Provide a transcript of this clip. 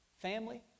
family